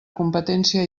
competència